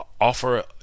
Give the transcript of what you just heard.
offer